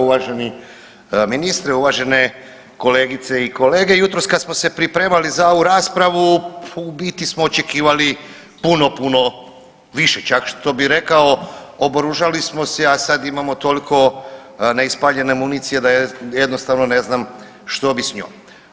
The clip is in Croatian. Uvaženi ministre, uvažene kolegice i kolege, jutros kad smo se pripremali za ovu raspravu u biti smo očekivali puno, puno više čak što bi rekao oboružali smo se, a sad imamo toliko neispaljene municije da ja jednostavno ne znam što bi s njom.